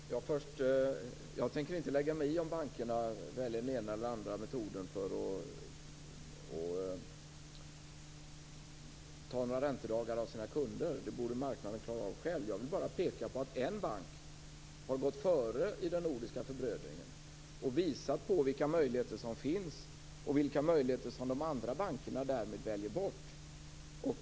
Fru talman! Jag tänker inte lägga mig i om bankerna väljer den ena eller andra metoden för att ta några räntedagar av sina kunder. Det borde marknaden klara av själv. Jag vill bara peka på att en bank har gått före i den nordiska förbrödringen och visat på vilka möjligheter som finns och vilka möjligheter som de andra bankerna därmed väljer bort.